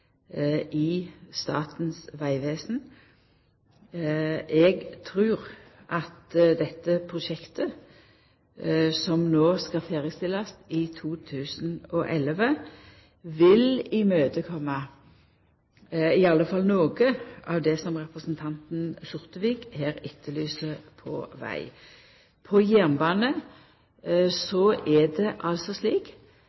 i Statens vegvesen. Eg trur at dette prosjektet som skal ferdigstillast i 2011, vil imøtekoma i alle fall noko av det som representanten Sortevik her etterlyser på veg. På jernbane